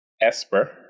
Esper